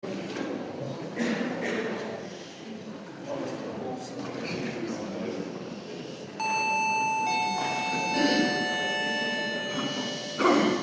Hvala